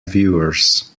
viewers